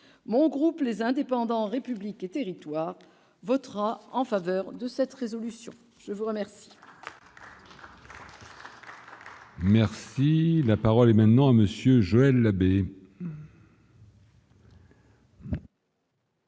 mon groupe, les indépendants républiques et territoires votera en faveur de cette résolution, je vous remercie.